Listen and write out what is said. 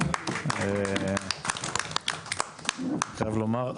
חייב לומר,